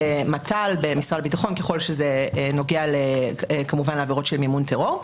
מט"ל במשרד הביטחון ככל שזה נוגע לעבירות של מימון טרור.